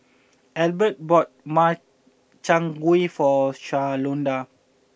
Elbert bought Makchang Gui for Shalonda